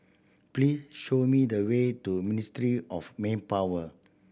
please show me the way to Ministry of Manpower